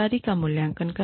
प्रदर्शन का मूल्यांकन